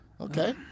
okay